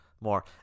more